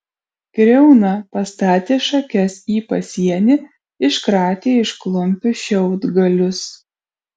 kriauna pastatė šakes į pasienį iškratė iš klumpių šiaudgalius